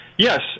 Yes